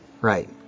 Right